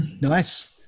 nice